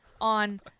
on